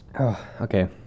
okay